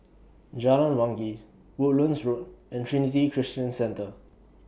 Jalan Wangi Woodlands Road and Trinity Christian Centre